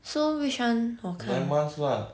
nine months lah